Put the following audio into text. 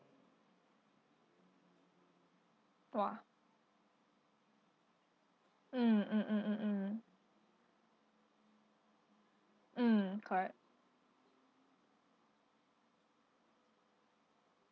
!wah! mm mm mm mm mm mm correct